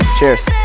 Cheers